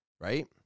right